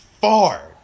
far